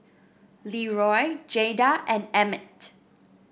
Leroy Jayda and Emit